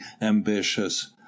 ambitious